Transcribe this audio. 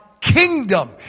kingdom